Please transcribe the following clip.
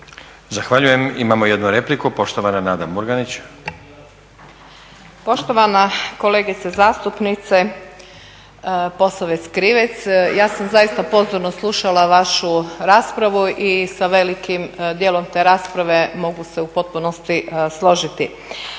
Zahvaljujem. Imamo jednu repliku. Poštovana Nada Murganić. **Murganić, Nada (HDZ)** Poštovana kolegice zastupnice Posavec Krivec ja sam zaista pozorno slušala vašu raspravu i sa velikim dijelom te rasprave mogu se u potpunosti složiti.